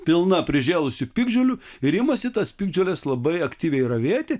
pilna prižėlusių piktžolių ir imasi tas piktžoles labai aktyviai ravėti